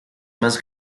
más